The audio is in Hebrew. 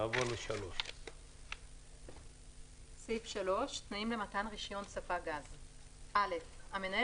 נעבור לסעיף 3. תנאים למתן רישיון ספק גז 3. המנהל